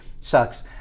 sucks